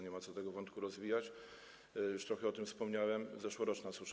Nie ma co tego wątku rozwijać, już trochę o tym wspomniałem, o zeszłorocznej suszy.